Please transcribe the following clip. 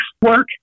work